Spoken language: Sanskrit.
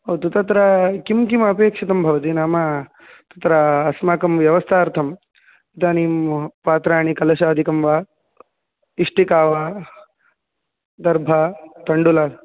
भवतु तत्र किं किम् अपेक्षितं भवति नाम तत्र अस्माकं व्यवस्थार्थम् इदानीं पात्राणि कलशादिकं वा इष्टिका वा दर्भा तण्डुल